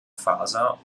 faser